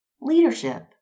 Leadership